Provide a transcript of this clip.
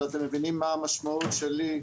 אבל אתם מבינים מה המשמעות שלי,